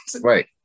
Right